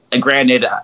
granted